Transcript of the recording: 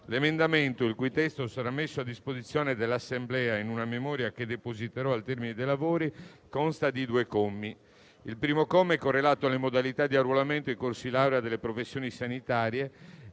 L'emendamento, il cui testo sarà messo a disposizione dell'Assemblea in una memoria che depositerò al termine dei lavori, consta di due commi. II primo comma è correlato alle modalità di arruolamento ai corsi di laurea delle professioni sanitarie;